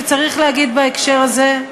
שצריך להגיד בהקשר הזה,